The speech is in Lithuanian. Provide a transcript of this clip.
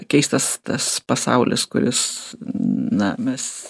keistas tas pasaulis kuris na mes